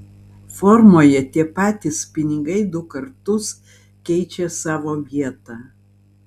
formoje tie patys pinigai du kartus keičia savo vietą